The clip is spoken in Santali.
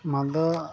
ᱢᱟᱞᱫᱟ